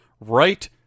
right